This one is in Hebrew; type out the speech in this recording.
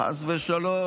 חס ושלום,